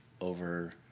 over-